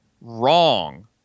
wrong